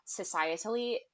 societally